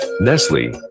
Nestle